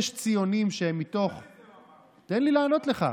שלמה המלך, מלכות ישראל ומלכות יהודה